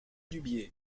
dubié